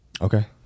Okay